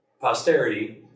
posterity